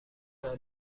داری